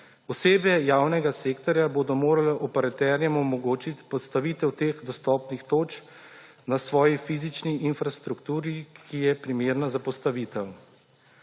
Osebe javnega sektorja bodo morale operaterjem omogočiti postavitev teh dostopnih točk na svoji fizični infrastrukturi, ki je primerna za postavitev.